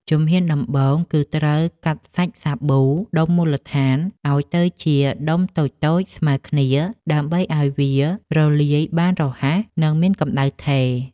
ជំហានដំបូងគឺត្រូវកាត់សាច់សាប៊ូដុំមូលដ្ឋានឱ្យទៅជាដុំតូចៗស្មើគ្នា ដើម្បីឱ្យវារលាយបានរហ័ស និងមានកម្ដៅថេរ។